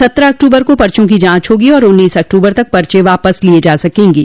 सत्रह अक्टूबर को पर्चो की जांच होगी और उन्नीस अक्टूबर तक पर्चे वापस लिये जा सकेंगे